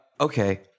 okay